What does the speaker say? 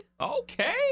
Okay